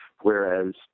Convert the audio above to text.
whereas